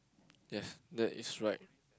yes that is right